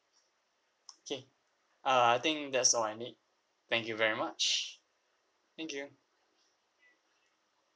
okay err I think that's all I need thank you very much thank you